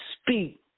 speak